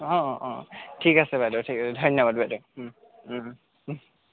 অঁ অঁ ঠিক আছে বাইদেউ ঠিক আছে ধন্যবাদ বাইদেউ